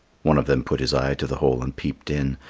one of them put his eye to the hole and peeped in,